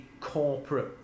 corporate